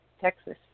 Texas